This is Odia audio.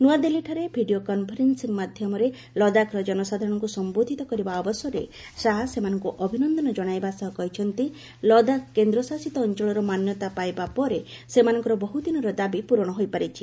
ନୂଆଦିଲ୍ଲୀଠାରେ ଭିଡିଓ କନ୍ଫେରନ୍ସିଂ ମାଧ୍ୟମରେ ଲଦାଖର ଜନସାଧାରଣଙ୍କୁ ସମ୍ବୋଧିତ କରିବା ଅବସରରେ ଶାହା ସେମାନଙ୍କୁ ଅଭିନନ୍ଦନ କଣାଇବା ସହ କହିଛନ୍ତି ଲଦାଖ କେନ୍ଦ୍ରଶାସିତ ଅଞ୍ଚଳର ମାନ୍ୟତା ପାଇବା ପରେ ସେମାନଙ୍କର ବହୁଦିନର ଦାବିପ୍ରରଣ ହୋଇପାରିଛି